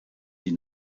sie